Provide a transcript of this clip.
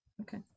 Okay